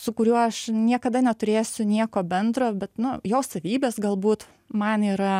su kuriuo aš niekada neturėsiu nieko bendro bet nu jo savybės galbūt man yra